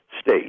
state